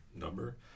number